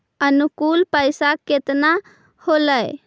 अनुकुल पैसा केतना होलय